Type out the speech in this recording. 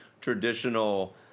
traditional